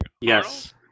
Yes